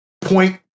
point